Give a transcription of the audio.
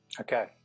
okay